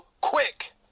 quick